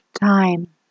time